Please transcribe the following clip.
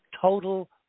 total